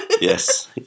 Yes